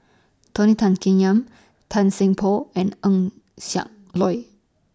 Tony Tan Keng Yam Tan Seng Poh and Eng Siak Loy